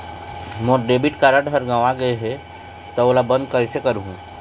मोर debit card हर गंवा गैर गए हे त ओला बंद कइसे करहूं?